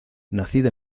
nacida